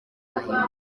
bahemba